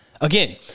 Again